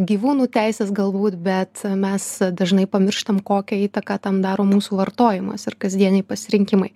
gyvūnų teises galbūt bet mes dažnai pamirštam kokią įtaką tam daro mūsų vartojimas ir kasdieniai pasirinkimai